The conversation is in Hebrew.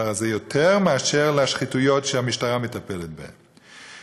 הזה יותר מאשר לשחיתויות שהמשטרה מטפלת בהן.